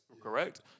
correct